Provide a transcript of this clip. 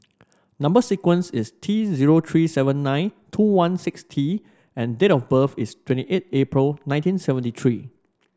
number sequence is T zero three seven nine two one six T and date of birth is twenty eight April nineteen seventy three